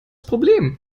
problem